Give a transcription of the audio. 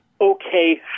Okay